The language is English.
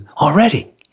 already